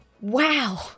Wow